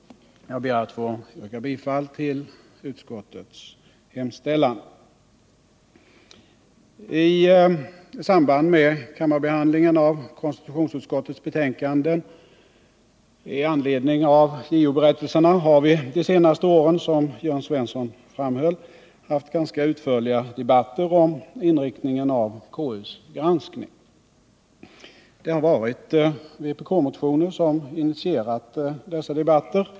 Jag ber att få yrka bifall till utskottets hemställan. I samband med kammarbehandlingen av konstitutionsutskottets betänkanden i anledning av JO-berättelserna har vi de senaste åren, som Jörn Svensson framhöll, haft ganska utförliga debatter om inriktningen av KU:s granskning. Det har varit vpk-motioner som initierat dessa debatter.